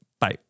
Bye